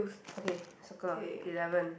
okay circle eleven